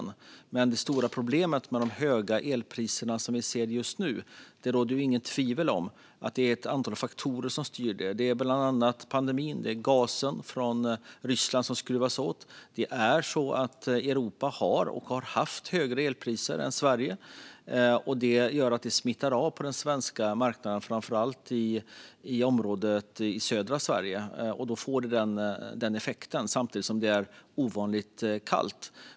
När det gäller det stora problemet med de höga elpriser som vi ser just nu råder det inget tvivel om att det är ett antal faktorer som styr, bland annat pandemin och gasen från Ryssland som skruvas åt. Europa har och har haft högre elpriser än Sverige, och det smittar av sig på den svenska marknaden, framför allt området i södra Sverige. Då får det den effekten, samtidigt som det är ovanligt kallt.